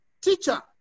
Teacher